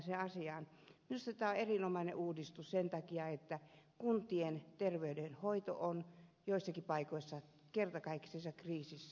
minusta tämä on erinomainen uudistus sen takia että kuntien terveydenhoito on joissakin paikoissa kertakaikkisessa kriisissä